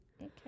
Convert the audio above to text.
Okay